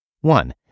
One